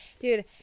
Dude